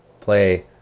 play